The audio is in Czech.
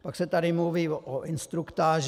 Pak se tady mluví o instruktáži.